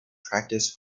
practice